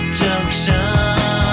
junction